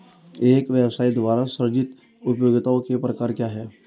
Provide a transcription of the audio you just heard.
एक व्यवसाय द्वारा सृजित उपयोगिताओं के प्रकार क्या हैं?